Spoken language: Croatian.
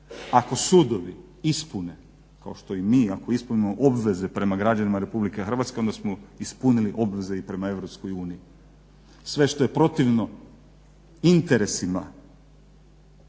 Ako sudovi ispune kao što i mi ako ispunimo obveze prema građanima RH onda smo ispunili obveze i prema EU. Sve što je protivno interesima građana